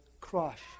crush